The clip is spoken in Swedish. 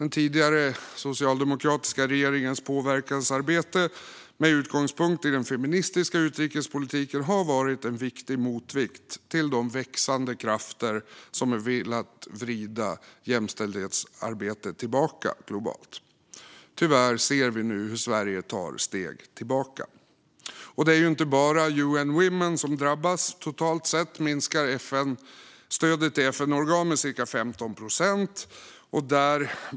Den tidigare socialdemokratiska regeringens påverkansarbete, med utgångspunkt i den feministiska utrikespolitiken, har varit en viktig motvikt till de växande krafter som har velat vrida jämställdhetsarbetet tillbaka globalt. Tyvärr ser vi nu hur Sverige tar steg tillbaka. Och det är inte bara UN Women som drabbas. Totalt sett minskar stödet till FN-organ med cirka 15 procent.